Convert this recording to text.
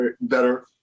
better